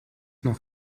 noch